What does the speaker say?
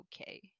okay